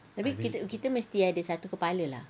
tapi tapi kita mesti ada satu kepala lah